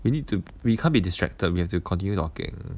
you need to we can't be distracted we have to continue talking